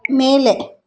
ಮೇಲೆ